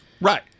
Right